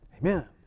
Amen